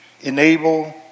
enable